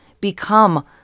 become